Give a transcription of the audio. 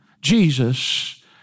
Jesus